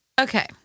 Okay